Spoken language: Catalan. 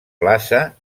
plaça